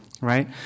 right